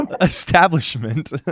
establishment